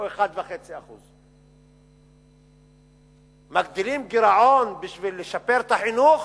או 1.5%. מגדילים גירעון בשביל לשפר את החינוך,